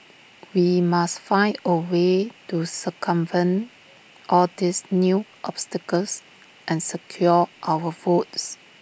we must find A way to circumvent all these new obstacles and secure our votes